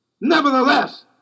Nevertheless